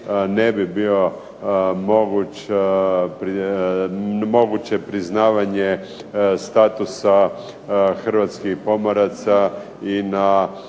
ne bi bilo moguće priznavanje statusa hrvatskih pomoraca i na